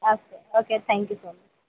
okay okay thank you sir